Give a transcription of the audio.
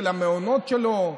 של המעונות שלו,